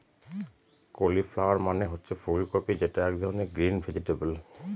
cauliflower মানে হচ্ছে ফুল কপি যেটা এক ধরনের গ্রিন ভেজিটেবল